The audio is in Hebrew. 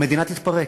המדינה תתפרק.